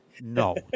No